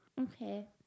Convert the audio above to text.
Okay